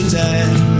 time